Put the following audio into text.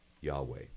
Yahweh